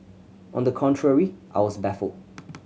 on the contrary I was baffled